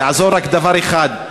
יעזור רק דבר אחד,